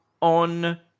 on